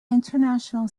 international